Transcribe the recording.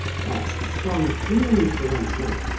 that's a strong opinion, mr. runciman.